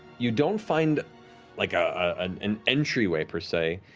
you don't find like ah an an entry way per se.